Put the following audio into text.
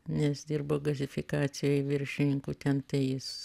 nes dirbo gazifikacijoj viršininku ten jis